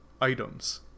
items